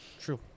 True